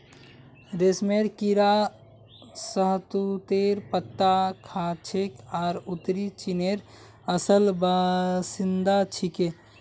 रेशमेर कीड़ा शहतूतेर पत्ता खाछेक आर उत्तरी चीनेर असल बाशिंदा छिके